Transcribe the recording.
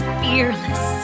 fearless